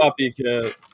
copycat